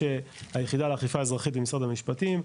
היחידה לאכיפה אזרחית במשרד המשפטים,